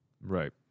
Right